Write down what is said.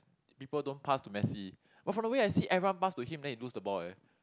people don't pass to Messi but from the way I see it everyone pass to him then he lose the ball eh